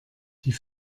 die